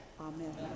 Amen